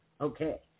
Okay